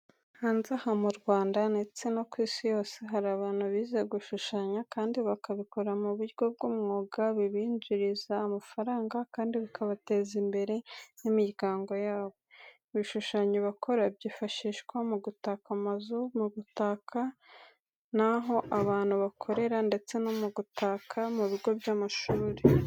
Hanze aha mu Rwanda ndetse no kw'isi yose hari abantu bize gushushanya kandi babikora muburyo bw'umwuga, bibinjiriza amafranga kandi bikabateza imbere n'imiryango yabo, ibishushanyo bakora byifashijwa mugutaka amazu, mugutaka naho abantu bakorera, ndetse no gutaka mubigo by'amashuri.